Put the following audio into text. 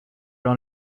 were